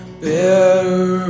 better